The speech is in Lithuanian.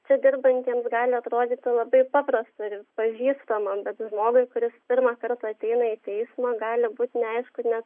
čia dirbantiems gali atrodyti labai paprasta ir pažįstama bet žmogui kuris pirmąkart ateina į teismą gali būt neaišku net